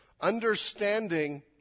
understanding